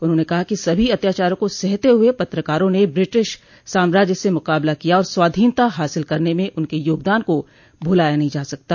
उन्होंने कहा कि सभी अत्याचारों को सहते हुए पत्रकारों ने ब्रिटिश साम्राज्य से मुकाबला किया और स्वाधीनता हासिल करने में उनके योगदान को भुलाया नहीं जा सकता